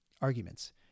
arguments